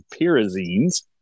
pyrazines